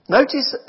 Notice